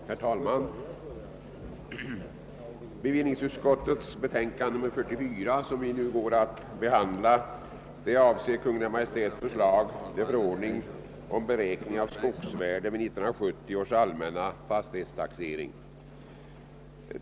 Herr talman! Bevillningsutskottets betänkande nr 44, som vi nu går att behandla, avser Kungl. Maj:ts förslag till förordning om beräkning av skogsvärde vid 1970 års allmänna fastighetstaxering.